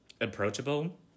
approachable